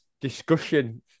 discussion